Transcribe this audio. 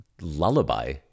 lullaby